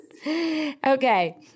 okay